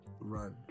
run